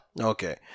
Okay